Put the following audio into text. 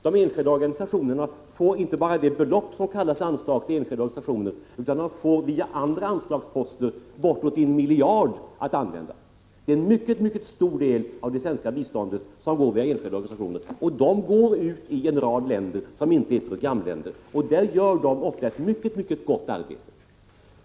De enskilda organisationerna får inte bara det belopp som avsätts under anslaget till enskilda organisationer, utan även via andra anslagsposter bortåt 1 miljard.